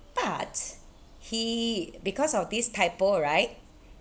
but he because of this typo right